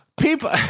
people